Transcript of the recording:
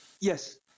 Yes